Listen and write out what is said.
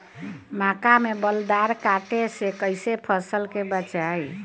मक्का में बालदार कीट से कईसे फसल के बचाई?